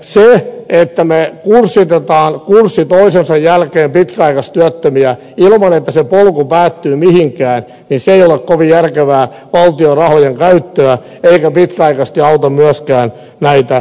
se että me kurssitamme kurssi toisensa jälkeen pitkäaikaistyöttömiä ilman että se polku päättyy mihinkään se ei ole kovin järkevää valtion rahojen käyttöä eikä pitkäaikaisesti auta myöskään näitä työttömiä